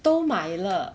都买了